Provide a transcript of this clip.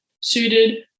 suited